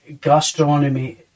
gastronomy